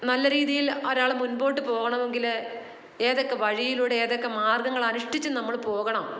നല്ല രീതിയിൽ ഒരാൾ മുൻപോട്ട് പോകണമെങ്കിൽ ഏതൊക്കെ വഴിയിലൂടെ ഏതൊക്കെ മാർഗങ്ങൾ അനുഷ്ഠിച്ച് നമ്മൾ പോകണം